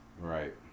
Right